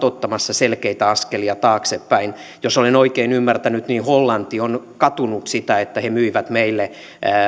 ottamassa selkeitä askelia taaksepäin jos olen oikein ymmärtänyt niin hollanti on katunut sitä että he myivät meille